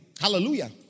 hallelujah